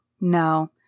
No